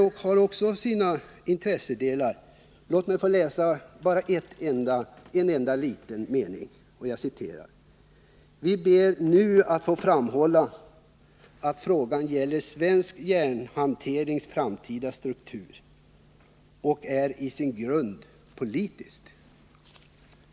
Låt mig också läsa en enda mening ur själva brevet, som innehåller intressanta ting: Vi ber nu att få framhålla att frågan gäller svensk järnhanterings framtida struktur och är i sin grund politisk.